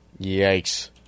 Yikes